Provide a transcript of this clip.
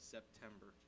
September